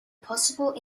possible